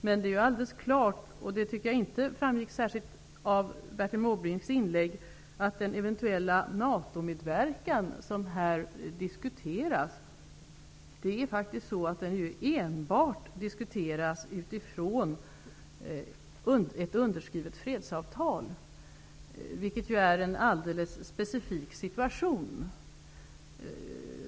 Men det är helt klart, och det tycker jag inte framgick särskilt av Bertil Måbrinks inlägg, att den eventuella NATO-medverkan som här diskuteras enbart diskuteras utifrån ett underskrivet fredsavtal, vilket ju är en alldeles specifik situation.